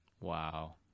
Wow